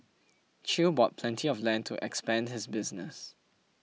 Chew bought plenty of land to expand his business